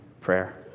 prayer